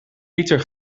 liter